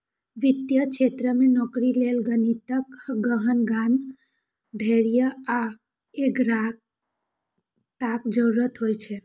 वित्तीय क्षेत्र मे नौकरी लेल गणितक गहन ज्ञान, धैर्य आ एकाग्रताक जरूरत होइ छै